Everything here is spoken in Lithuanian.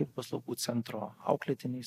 tai paslaugų centro auklėtiniais